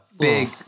big